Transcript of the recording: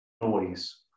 noise